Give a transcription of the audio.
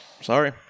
Sorry